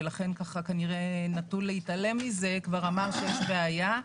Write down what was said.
ולכן כנראה נטו להתעלם מזה כבר אמר שיש בעיה,